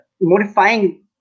modifying